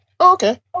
okay